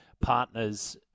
partners